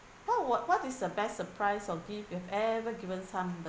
what wa~ what is the best surprise or gift you've ever given somebody